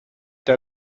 der